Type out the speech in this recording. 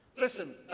listen